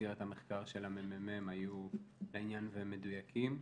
במסגרת המחקר של הממ"מ היו לעניין ומדויקים.